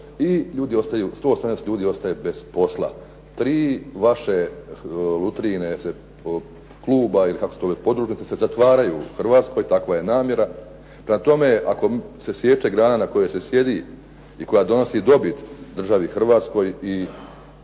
I 118 ljudi ostaje bez posla. Tri Lutrijine podružnice se zatvaraju u Hrvatskoj takva je namjera. Prema tome, ako se sječe grana na kojoj se sjedi i koja donosi dobiti državi Hrvatskoj